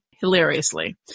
Hilariously